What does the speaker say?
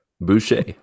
Boucher